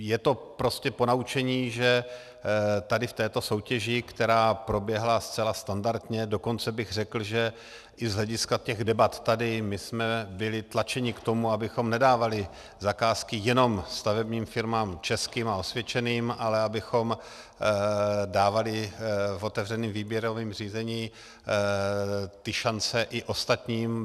Je to prostě ponaučení, že tady v této soutěži, která proběhla zcela standardně, dokonce bych řekl i z hlediska těch debat tady my jsme byli tlačeni k tomu, abychom nedávali zakázky jenom stavebním firmám českým a osvědčeným, ale abychom dávali v otevřeném výběrovém řízení ty šance i ostatním.